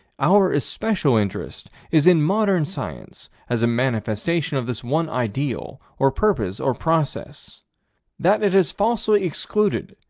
our especial interest is in modern science as a manifestation of this one ideal or purpose or process that it has falsely excluded,